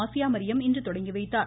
ஆசியாமரியம் இன்று தொடங்கி வைத்தார்